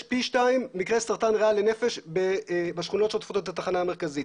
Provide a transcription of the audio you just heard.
פי שתיים מקרה סרטן ריאה לנפש בשכונות שעוטפות את התחנה המרכזית.